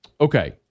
Okay